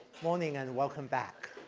morning and welcome back.